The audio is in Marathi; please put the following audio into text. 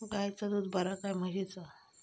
गायचा दूध बरा काय म्हशीचा?